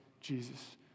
Jesus